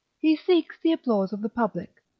he seeks the applause of the public.